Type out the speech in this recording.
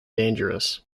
dangerous